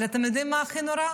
אבל אתם יודעים מה הכי נורא?